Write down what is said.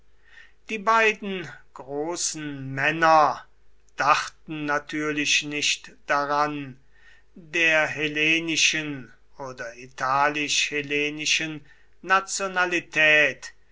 die beiden großen männer dachten natürlich nicht daran der hellenischen oder italisch hellenischen nationalität